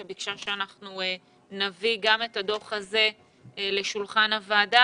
שביקשה שאנחנו נביא גם את הדוח הזה לשולחן הוועדה,